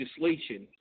legislation